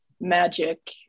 magic